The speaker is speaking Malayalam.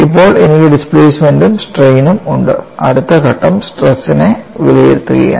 ഇപ്പോൾ എനിക്ക് ഡിസ്പ്ലേസ്മെൻറ് ഉം സ്ട്രെയിൻ ഉം ഉണ്ട് അടുത്ത ഘട്ടം സ്ട്രെസ് നെ വിലയിരുത്തുകയാണ്